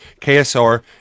KSR